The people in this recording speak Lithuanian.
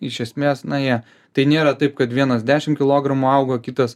iš esmės na jie tai nėra taip kad vienas dešimt kilogramų auga kitas